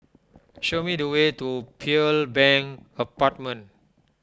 show me the way to Pearl Bank Apartment